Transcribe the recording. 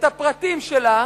הפרטים שלה,